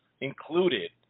included